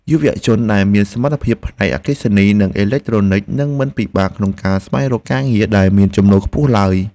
យុវជនដែលមានសមត្ថភាពផ្នែកអគ្គិសនីនិងអេឡិចត្រូនិចនឹងមិនពិបាកក្នុងការស្វែងរកការងារដែលមានចំណូលខ្ពស់ឡើយ។